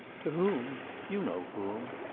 to whom? you know whom.